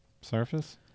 Surface